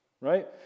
Right